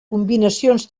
combinacions